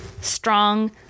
strong